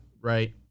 right